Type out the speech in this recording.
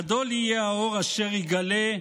גדול יהיה האור אשר ייגלה".